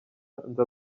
nza